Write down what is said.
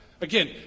Again